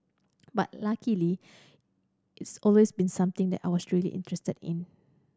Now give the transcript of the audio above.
but luckily it's always been something that I was really interested in